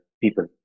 people